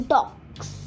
Talks